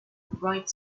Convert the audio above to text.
bright